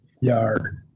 yard